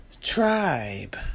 Tribe